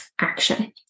action